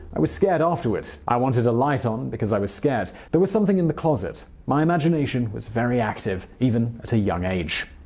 i was scared afterward. i wanted a light on because i was scared. there was something in the closet. my imagination was very active even at a young age.